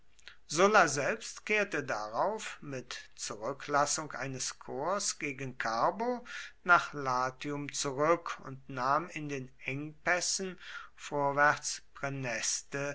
sulla selbst kehrte darauf mit zurücklassung eines korps gegen carbo nach latium zurück und nahm in den engpässen vorwärts